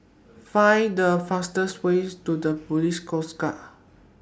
Find The fastest Way to The Police Coast Guard